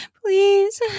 please